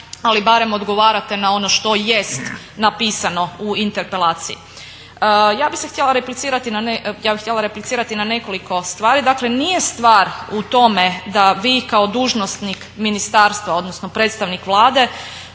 ali barem odgovarate na ono što jest napisano u interpelaciji. Ja bih se htjela replicirati, ja bih htjela replicirati na nekoliko stvari. Dakle, nije stvar u tome da vi kao dužnosnik ministarstva, odnosno predstavnik Vlade